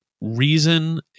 reason